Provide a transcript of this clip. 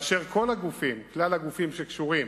וכל הגופים, כלל הגופים שקשורים